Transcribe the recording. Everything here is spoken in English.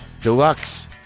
Deluxe